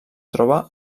troba